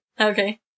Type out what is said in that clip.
Okay